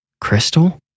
Crystal